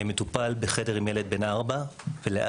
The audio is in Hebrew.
מטופל בחדר עם ילד בן ארבע ולהבדיל,